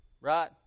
right